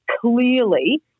clearly